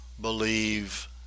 believe